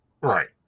Right